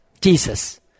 Jesus